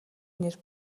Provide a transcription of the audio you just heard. нэр